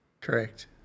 Correct